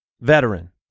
veteran